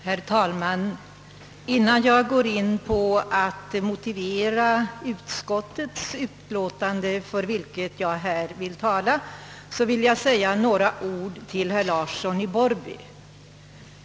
Herr talman! Innan jag går in på att motivera utskottets förslag — som jag här tänker tala för — vill jag säga några ord till herr Larsson i Borrby.